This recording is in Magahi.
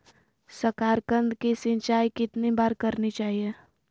साकारकंद की सिंचाई कितनी बार करनी चाहिए?